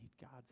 God's